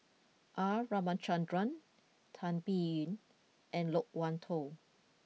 R Ramachandran Tan Biyun and Loke Wan Tho